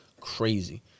crazy